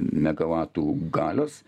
megavatų galios